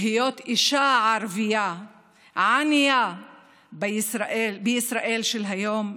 להיות אישה ערבייה ענייה בישראל של היום,